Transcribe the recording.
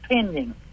pending